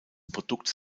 produkts